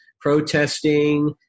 protesting